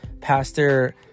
Pastor